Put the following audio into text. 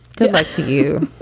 good luck to you.